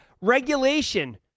regulation